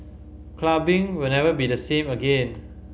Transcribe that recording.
clubbing will never be the same again